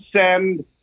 send